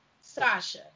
Sasha